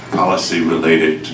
policy-related